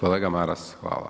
Kolega Maras, hvala.